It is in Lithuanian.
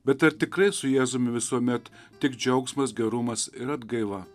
bet ar tikrai su jėzumi visuomet tik džiaugsmas gerumas ir atgaiva